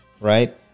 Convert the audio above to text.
right